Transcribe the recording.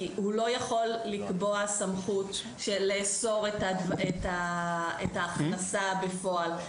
כי הוא לא יכול לקבוע סמכות של לאסור את ההכנסה בפועל,